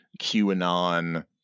QAnon